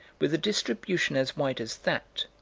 with a distribution as wide as that,